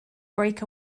break